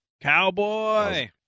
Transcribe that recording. cowboy